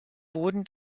boden